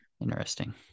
interesting